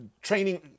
training